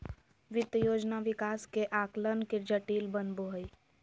वित्त योजना विकास के आकलन के जटिल बनबो हइ